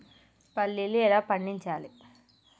పల్లీలు ఎలా పండించాలి?